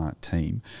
team